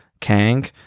Kang